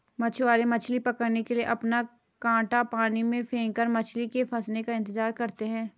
मछुआरे मछली पकड़ने के लिए अपना कांटा पानी में फेंककर मछली के फंसने का इंतजार करते है